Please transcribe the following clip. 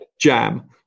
jam